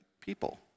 people